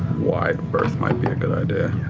wide berth might be a good idea.